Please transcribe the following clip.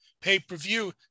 pay-per-view